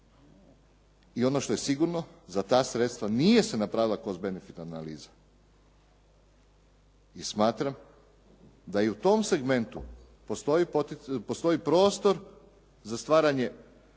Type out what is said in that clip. i ono što je sigurno, za ta sredstva nije se napravila cos benefit analiza. I smatram da i u tom segmentu postoji prostor za osiguravanje